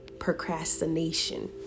procrastination